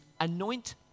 anoint